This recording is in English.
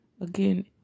again